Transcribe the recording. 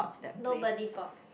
nobody bought